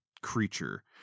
creature